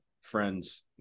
friends